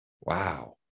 Wow